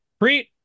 Preet